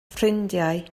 ffrindiau